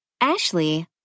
Ashley